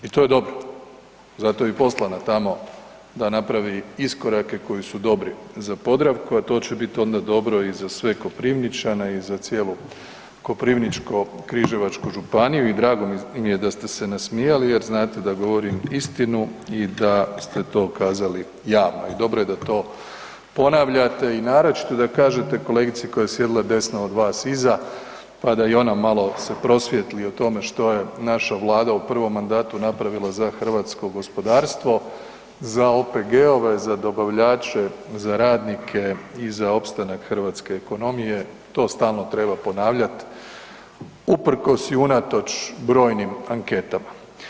I to je dobro, zato je i poslana tamo da napravi iskorake koji su dobri za Podravku a to će bit onda dobro i za sve Koprivničane i za cijelu Koprivničko-križevačku županiju i drago mi je da ste nasmijali jer znate da govorim istinu i da ste to kazali javno i dobro je da to ponavljate i naročito da kažete kolegici koja je sjedila desno od vas iza, pa da i ona malo se prosvijetli o tome što je naša Vlada u prvom mandatu napravila za hrvatsko gospodarstvo, za OPG-ove, za dobavljače, za radnike i za opstanak hrvatske ekonomije, to stalno treba ponavljat, uprkos i unatoč brojnim anketama.